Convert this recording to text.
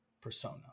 persona